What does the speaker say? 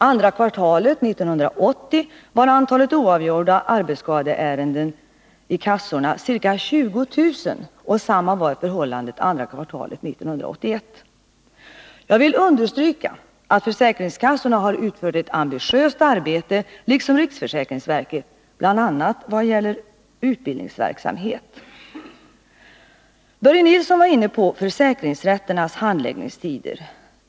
Andra kvartalet 1980 var antalet oavgjorda arbetsskadeärenden hos kassorna ca 20 000. Detsamma var förhållandet under andra kvartalet 1981. Jag vill understryka att försäkringskassorna har utfört ett ambitiöst arbete, liksom riksförsäkringsverket, bl.a. i vad gäller utbildningsverksamhet. Börje Nilsson var inne på försäkringsrätternas handläggningstider.